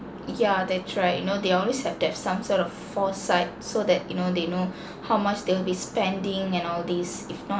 yeah they tried you know they are always have that some sort of foresight so that you know they know how much they'll be spending and all these if not